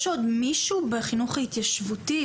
יש עוד מישהו בחינוך ההתיישבותי,